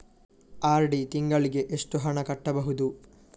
RD ತಿಂಗಳಿಗೆ ಎಷ್ಟು ಹಣ ಕಟ್ಟಬಹುದು?